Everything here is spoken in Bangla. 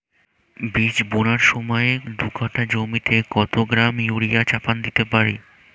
বীজ বোনার সময় দু কাঠা জমিতে কত গ্রাম ইউরিয়া চাপান দিতে পারি?